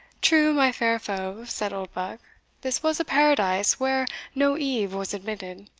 true, my fair foe, said oldbuck this was a paradise where no eve was admitted,